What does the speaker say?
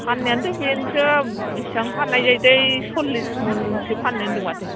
फाननायानोथ' बेनोथ' बेसां फाननाय जायोथाय सल्लिस मनसो फाननो होन्दों माथो